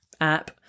app